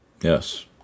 yes